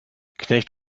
knecht